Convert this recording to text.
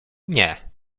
nie